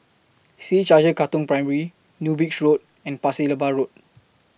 C H I J Katong Primary New Bridge Road and Pasir Laba Road